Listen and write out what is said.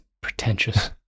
pretentious